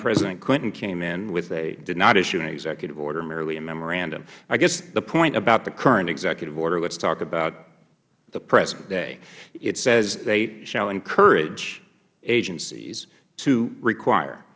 president clinton came in with a did not issue an executive order merely a memorandum i guess the point about the current executive order lets talk about the present day it says they shall encourage agencies to require